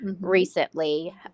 recently